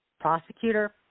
prosecutor